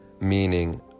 meaning